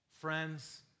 Friends